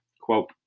Quote